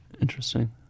Interesting